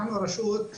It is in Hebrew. אנחנו הרשות,